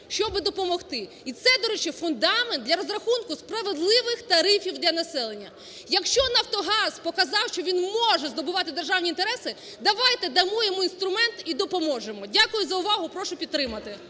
щоби допомогти. І це, до речі, фундамент для розрахунку справедливих тарифів для населення. Якщо "Нафтогаз" показав, що він може здобувати державні інтереси, давайте дамо йому інструмент і допоможемо. Дякую за увагу. Прошу підтримати.